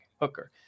Hooker